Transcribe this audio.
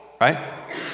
right